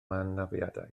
anafiadau